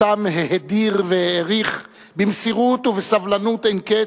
שאותם ההדיר וערך במסירות ובסבלנות אין-קץ,